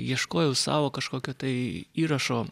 ieškojau savo kažkokio tai įrašo